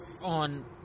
on